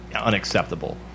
unacceptable